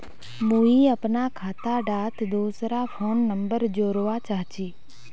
मुई अपना खाता डात दूसरा फोन नंबर जोड़वा चाहची?